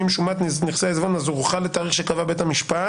שומת נכסי עיזבון ערוכה לתאריך שקבע בית המשפט".